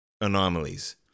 anomalies